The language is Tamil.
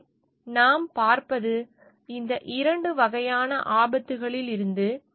எனவே நாம் பார்ப்பது இந்த இரண்டு வகையான ஆபத்துக்களில் இருந்து